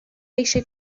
eisiau